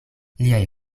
liaj